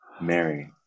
Mary